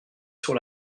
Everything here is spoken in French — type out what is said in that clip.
sur